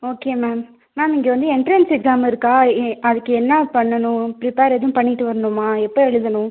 okay ma'am ma'am இங்கே வந்து entrance exam இருக்கா ஏ அதுக்கு என்ன பண்ணணும் பிரிப்பேர் எதுவும் பண்ணிவிட்டு வரணுமா எப்போ எழுதணும்